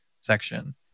section